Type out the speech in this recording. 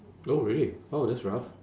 oh really oh that's rough